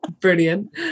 brilliant